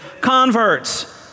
converts